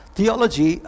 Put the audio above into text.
Theology